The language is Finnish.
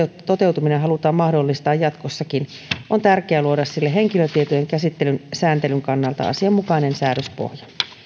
toteutuminen halutaan mahdollistaa jatkossakin on tärkeää luoda sille henkilötietojen käsittelyn sääntelyn kannalta asianmukainen säädöspohja